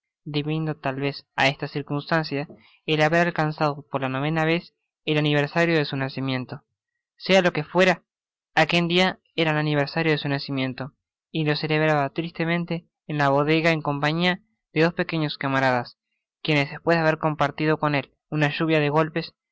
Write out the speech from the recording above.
tal vez á esta circunstancia el haber alcanzado por la novena vez el aniversario de su nacimiento sea lo que fuera aquel dia era el aniversario de su nacimiento y lo celebraba tristemente en la bodega en compañia de dos de sus pequeños camaradas quienes despues de haber compartido con él una lluvia de golpes